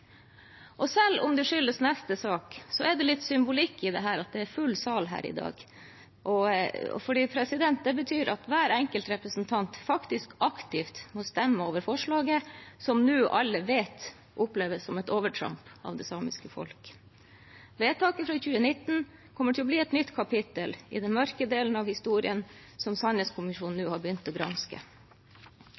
mageplask. Selv om det skyldes neste sak, er det litt symbolikk i at det er full sal her i dag, for det betyr at hver enkelt representant faktisk aktivt må stemme over forslaget som nå alle vet oppleves av det samiske folket som et overtramp. Vedtaket fra 2019 kommer til å bli et nytt kapittel i den mørke delen av historien som sannhetskommisjonen nå har begynt å granske.